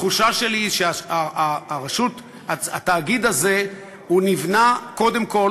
התחושה שלי היא שהתאגיד הזה נבנה קודם כול